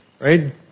right